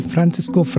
Francisco